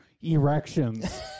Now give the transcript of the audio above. erections